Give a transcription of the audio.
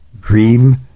dream